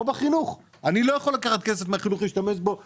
בחינוך כאשר אני לא יכול לקחת כסף מהחינוך ולהשתמש בו לרווחה,